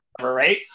right